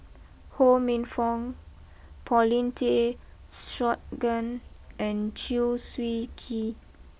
Ho Minfong Paulin Tay Straughan and Chew Swee Kee